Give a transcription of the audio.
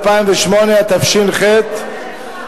התשס"ח 2008,